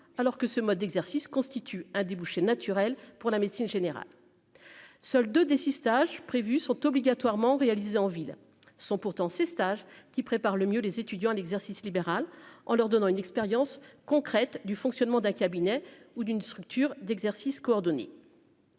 alors que ce mode d'exercice constitue un débouché naturel pour la médecine générale, seuls de dépistage prévus sont obligatoirement réaliser en ville sont pourtant ces stages qui prépare le mieux les étudiants l'exercice libéral en leur donnant une expérience concrète du fonctionnement d'un cabinet ou d'une structure d'exercice coordonné.